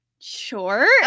Sure